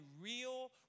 real